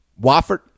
Wofford